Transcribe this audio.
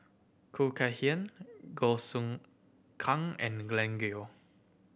Khoo Kay Hian Goh Kang and Glen Goei